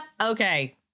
Okay